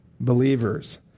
believers